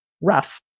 rough